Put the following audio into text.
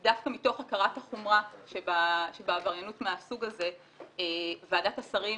דווקא מתוך הכרת החומרה שבעבריינות מהסוג הזה ועדת השרים